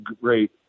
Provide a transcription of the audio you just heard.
great